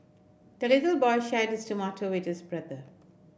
the little boy shared his tomato with his brother